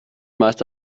meist